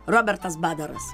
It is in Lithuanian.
robertas badaras